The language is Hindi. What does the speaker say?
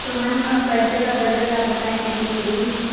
तो मैम पैसे का बजट आप बताएँ कितने में देंगी